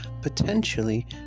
potentially